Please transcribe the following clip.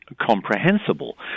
comprehensible